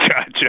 Gotcha